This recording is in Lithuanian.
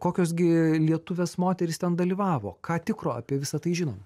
kokios gi lietuvės moterys ten dalyvavo ką tikro apie visa tai žinom